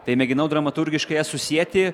tai mėginau dramaturgiškai ją susieti